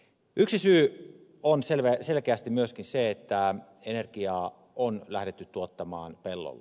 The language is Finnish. yksi syy on selkeästi myöskin se että energiaa on lähdetty tuottamaan pellolla